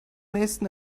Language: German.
nächsten